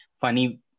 funny